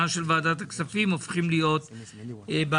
ועדת הכספים הופכים להיות בעייתיים.